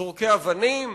זורקי האבנים,